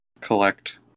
collect